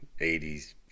80s